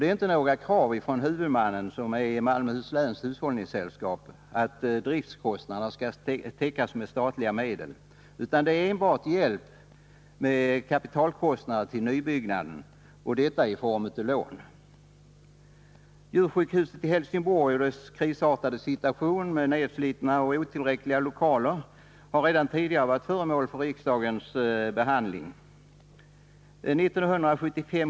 Det är inte några krav från huvudmannen på sjukhuset, Malmöhus läns hushållningssällskap, på att driftkostnaderna skall täckas av statliga medel, utan vad det gäller är enbart hjälp med kapitalkostnader till nybyggnaden och detta i form av lån. Djursjukhuset i Helsingborg och dess krisartade situation med nedslitna och otillräckliga lokaler har redan tidigare varit föremål för behandling i riksdagen.